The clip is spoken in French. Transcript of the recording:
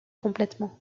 complètement